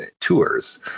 tours